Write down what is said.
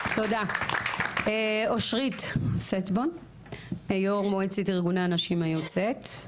אושרית סטבון יו"ר מועצת ארגוני הנשים היוצאת,